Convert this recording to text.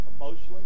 emotionally